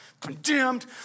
condemned